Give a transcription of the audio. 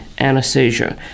anesthesia